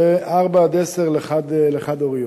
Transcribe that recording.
ו-4 10 לחד-הוריות.